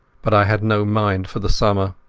but i had no mind for the summer,